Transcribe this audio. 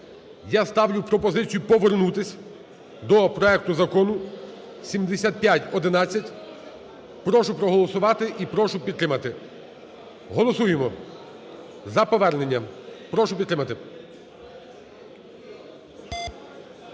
Я ставлю пропозицію повернутись до проекту Закону 7511. Прошу проголосувати і прошу підтримати. Голосуємо за повернення. Прошу підтримати.